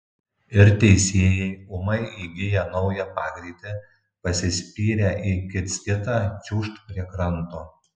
ir teisėjai ūmai įgiję naują pagreitį pasispyrę į kits kitą čiūžt prie kranto